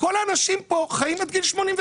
כל האנשים פה חיים עד גיל 89,